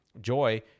Joy